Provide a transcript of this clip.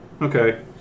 Okay